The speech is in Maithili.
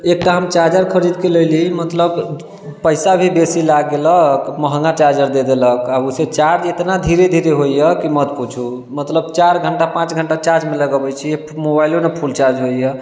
एकटा हम चार्जर खरीदके लइली मतलब पैसा भी बेसी लाग गेलक महगा चार्जर दे देलक आब ओहिसे चार्ज एतना धीरे धीरे होइए कि मत पुछु मतलब चार घण्टा पाँच घण्टा चार्ज मे लगऽबै छी मोबाइलो न फुल चार्ज होइए